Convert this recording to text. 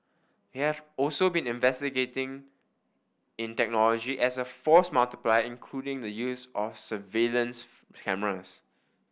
they have also been investing in technology as a force multiplier including the use of surveillance cameras